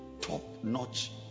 top-notch